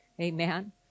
Amen